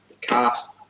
cast